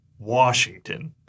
Washington